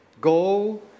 Go